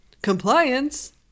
compliance